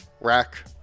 rack